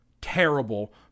terrible